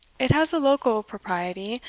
it has a local propriety,